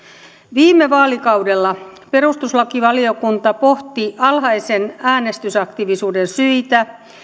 viime vaalikaudella perustuslakivaliokunta pohti alhaisen äänestysaktiivisuuden syitä